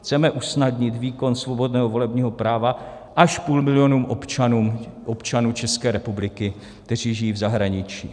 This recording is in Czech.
Chceme usnadnit výkon svobodného volebního práva až půl milionu občanů České republiky, kteří žijí v zahraničí.